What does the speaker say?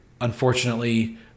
Unfortunately